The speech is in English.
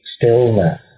stillness